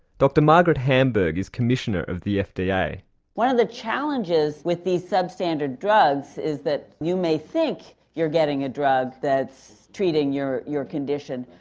dr margaret hamburg is commissioner of the fda. one of the challenges with these substandard drugs is that you may think you're getting a drug that's treating your your condition,